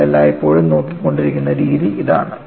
നമ്മൾ എല്ലായ്പ്പോഴും നോക്കിക്കൊണ്ടിരിക്കുന്ന രീതി അതാണ്